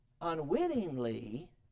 unwittingly